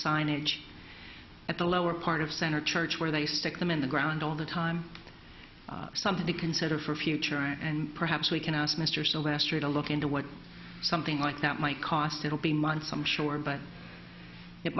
signage at the lower part of center church where they stick them in the ground all the time something to consider for future and perhaps we can ask mr sylvester to look into what something like that might cost it'll be months i'm sure but it